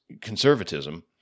conservatism